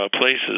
places